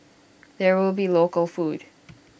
there will be local food